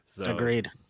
Agreed